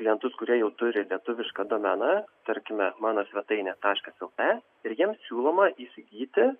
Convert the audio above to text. klientus kurie jau turi lietuvišką domeną tarkime mano svetainė taškas el tė ir jiems siūloma įsigyti